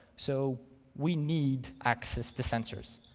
so we need access to sensors.